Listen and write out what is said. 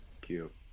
Cute